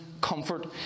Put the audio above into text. comfort